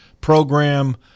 program